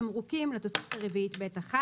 תמרוקים לתוספת הרביעית ב'1,